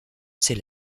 ses